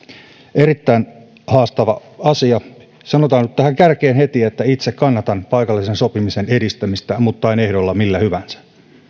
erittäin haastava asia sanotaan nyt tähän kärkeen heti että itse kannatan paikallisen sopimisen edistämistä mutta en ehdolla millä hyvänsä